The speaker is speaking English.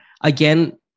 again